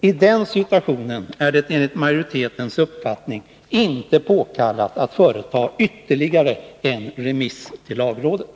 I den situationen är det enligt utskottsmajoritetens uppfattning inte påkallat att företa ytterligare en remiss till lagrådet.